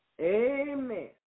Amen